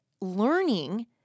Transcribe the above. learning